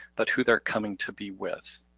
but who they're coming to be with.